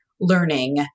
learning